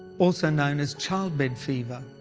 also known as childbed fever.